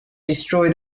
destroy